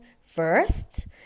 first